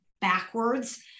backwards